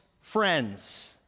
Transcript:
friends